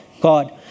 God